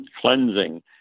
cleansing